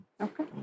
Okay